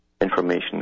information